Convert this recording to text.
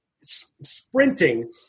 sprinting